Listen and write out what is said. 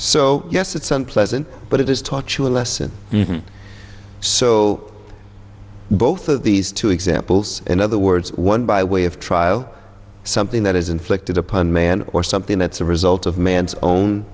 so yes it's unpleasant but it has taught you a lesson so both of these two examples in other words one by way of trial something that is inflicted upon man or something that's a result of man's own